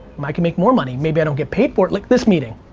i can make more money. maybe i don't get paid for it. like this meeting,